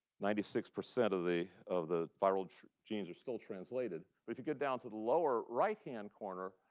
ninety six percent of the of the viral genes are still translated. but if you go down to the lower right-hand corner,